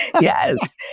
Yes